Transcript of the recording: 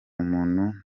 umuntu